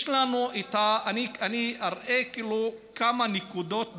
יש לנו, אני אראה כמה נקודות,